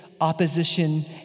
opposition